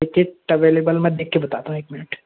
ticket available में देख के बताता हूँ एक मिनट